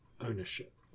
ownership